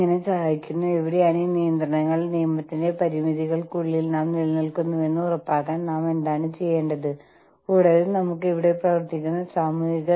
ഇതെല്ലാം ആഗോള ഔട്ട്സോഴ്സിംഗ് പ്രക്രിയയാണ് മറ്റൊന്നാണ് ബിസിനസ് പ്രോസസ് ഔട്ട്സോഴ്സിംഗ് അത്ര ചെലവേറിയതല്ലാത്ത സ്ഥലങ്ങളിലേക്ക് ബിസ്സിനെസ്സ് മാറ്റുക